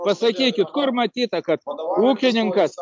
pasakykit kur matyta kad ūkininkas